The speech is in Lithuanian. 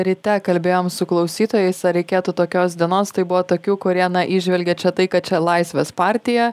ryte kalbėjom su klausytojais ar reikėtų tokios dienos tai buvo tokių kurie įžvelgia čia tai kad čia laisvės partija